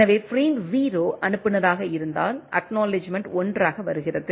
எனவே பிரேம் 0 அனுப்புநராக இருந்தால் அக்நாலெட்ஜ்மெண்ட் 1 ஆக வருகிறது